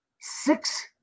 six